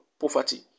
poverty